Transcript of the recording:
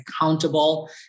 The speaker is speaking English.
accountable